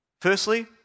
Firstly